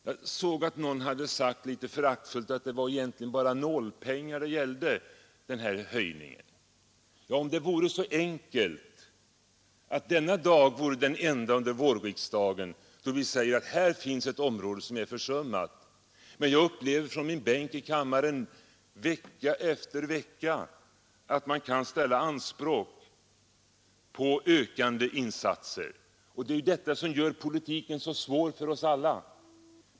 Jag såg att någon hade sagt litet föraktfullt om höjningen att det egentligen bara gällde nålpengar. Ja, om det var så enkelt att denna dag vore den enda under vårriksdagen, då vi kunde säga att endast det område vi nu diskuterar är försummat. Jag upplever från min bänk i kammaren vecka efter vecka att man ställer anspråk på ökande insatser. Det är ju prioriteringsfrågorna som gör politiken så svår för oss alla.